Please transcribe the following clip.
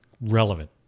relevant